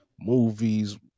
movies